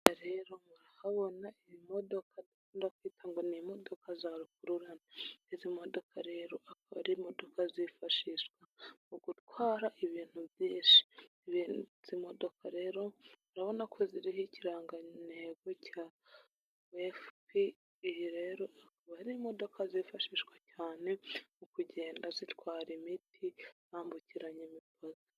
Aha rero murahabona ibimodoka bakunda kwita ngo ni imodoka za rukururana. Izi modoka rero aka ari imodoka zifashishwa mu gutwara ibintu byinshi. Izi modoka rero urabona ko ziriho ikirangantego cya WFP, Iyi rero akaba ari imodoka zifashishwa cyane mu kugenda zitwara imiti, bambukiranya imipaka.